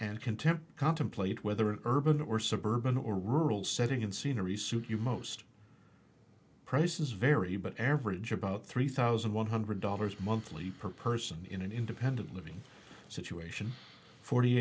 and contempt contemplate whether urban or suburban or rural setting in scenery suit you most prices vary but average about three thousand one hundred dollars monthly per person in an independent living situation forty